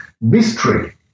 mystery